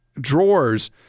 drawers